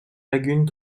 lagune